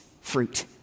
fruit